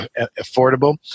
affordable